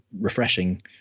refreshing